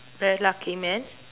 very lucky man